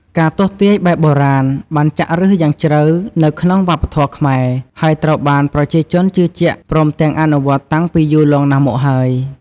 ការទស្សន៍ទាយបែបបុរាណបានចាក់ឫសយ៉ាងជ្រៅនៅក្នុងវប្បធម៌ខ្មែរ ហើយត្រូវបានប្រជាជនជឿជាក់ព្រមទាំងអនុវត្តតាំងពីយូរលង់ណាស់មកហើយ។